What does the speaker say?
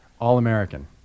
All-American